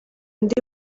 undi